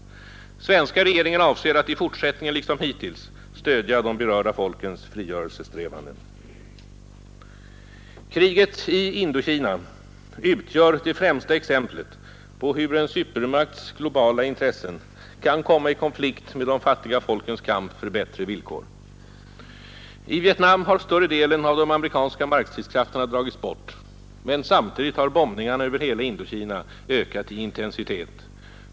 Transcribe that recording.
Svenska regeringen avser att i fortsättningen liksom hittills stödja de berörda folkens frigörelsesträvanden. Kriget i Indokina utgör det främsta exemplet på hur en supermakts globala intressen kan komma i konflikt med de fattiga folkens kamp för bättre villkor. I Vietnam har större delen av de amerikanska markstridskrafterna dragits bort, men samtidigt har bombningarna över hela Indokina ökat i intensitet.